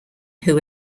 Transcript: who